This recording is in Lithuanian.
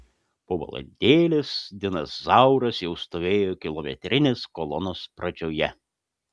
po valandėlės dinas zauras jau stovėjo kilometrinės kolonos pradžioje